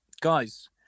guys